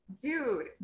dude